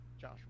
Josh